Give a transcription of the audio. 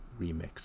remix